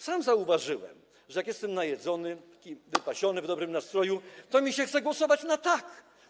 Sam zauważyłem, że jak jestem najedzony, taki wypasiony, w dobrym nastroju, to mi się chce głosować na tak.